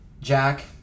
Jack